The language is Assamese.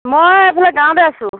মই আপোনাৰ গাঁৱতে আছোঁ